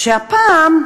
הפעם,